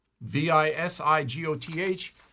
V-I-S-I-G-O-T-H